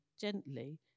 gently